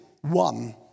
one